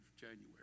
January